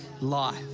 life